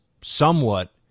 somewhat